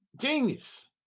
Genius